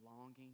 longing